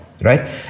right